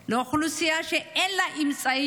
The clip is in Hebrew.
לאוכלוסייה שאין לה אמצעים,